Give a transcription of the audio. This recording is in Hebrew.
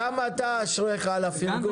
גם אתה אשרייך על הפרגון.